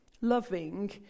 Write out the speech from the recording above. loving